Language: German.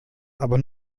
aber